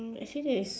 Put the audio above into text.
actually there is